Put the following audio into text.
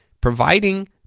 providing